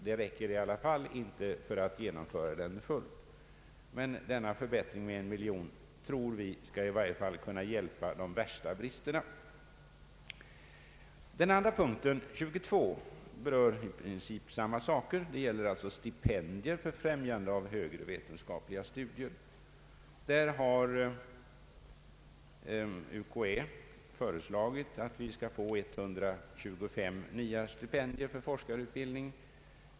De räcker i alla fall inte för att genomföra reformen helt, men denna förstärkning med 1 miljon kronor tror vi skall kunna avhjälpa de värsta bristerna. Punkt 22 berör i princip samma sak, stipendier för främjande av högre vetenskapliga studier. UKA har föreslagit 125 nya stipendier för forskarutbildning.